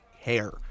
hair